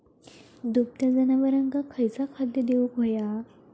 दुभत्या जनावरांका खयचा खाद्य देऊक व्हया?